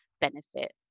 benefit